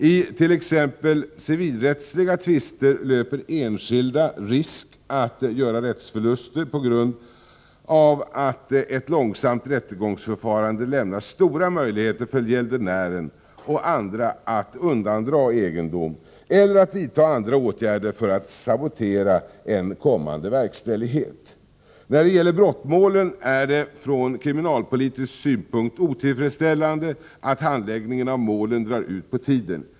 I t.ex. civilrättsliga tvister löper enskilda risk att göra rättsförluster på grund av att ett långsamt rättegångsförfarande lämnar stora möjligheter för gäldenärer och andra att undandra egendom eller att vidta andra åtgärder för att sabotera en kommande verkställighet. När det gäller brottmålen är det från kriminalpolitisk synpunkt otillfredsställande att handläggningen av målen drar ut på tiden.